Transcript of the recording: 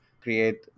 create